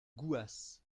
gouas